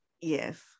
yes